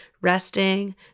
resting